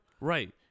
Right